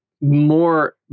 more